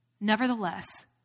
nevertheless